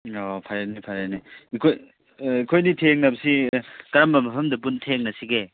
ꯑꯣ ꯐꯔꯦꯅꯦ ꯐꯔꯦꯅꯦ ꯑꯩꯈꯣꯏꯅꯤ ꯊꯦꯡꯅꯕꯁꯤ ꯀꯔꯝꯕ ꯃꯐꯝꯗ ꯄꯨꯟ ꯊꯦꯡꯅꯁꯤꯒꯦ